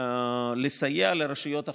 לסייע לרשויות החלשות.